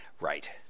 Right